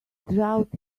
drought